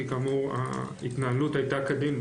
כי כאמור ההתנהלות הייתה כדין,